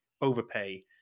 overpay